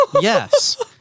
Yes